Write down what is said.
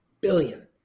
billion